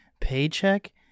paycheck